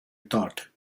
thought